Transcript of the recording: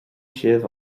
sibh